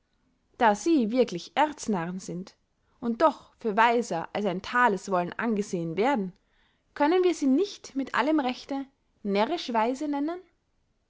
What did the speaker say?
da sie wirklich erznarren sind und doch für weiser als ein thales wollen angesehen werden können wir sie nicht mit allem rechte närrisch weise nennen